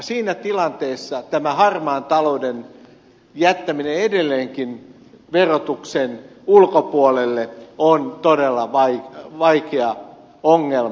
siinä tilanteessa tämä harmaan talouden jättäminen edelleenkin verotuksen ulkopuolelle on todella vaikea ongelma